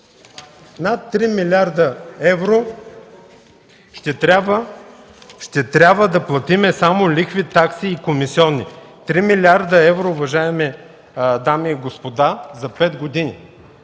Над 3 млрд. евро ще трябва да платим само лихви, такси и комисионни. Три милиарда евро, уважаеми дами и господа, за пет години!